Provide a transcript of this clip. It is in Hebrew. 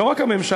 לא רק הממשלה,